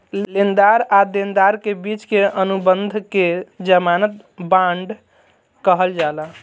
लेनदार आ देनदार के बिच के अनुबंध के ज़मानत बांड कहल जाला